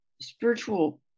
spiritual